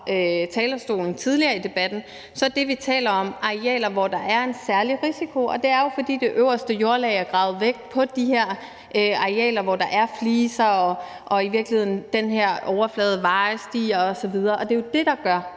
talerstolen tidligere i debatten, så er det, vi taler om, arealer, hvor der er en særlig risiko, og det er jo, fordi det øverste jordlag er gravet væk på de her arealer, hvor der er fliser og i virkeligheden er en overflade, hvor der er veje, stier osv. Det er jo det, der gør,